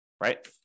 right